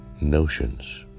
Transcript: notions